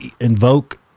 invoke